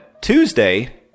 Tuesday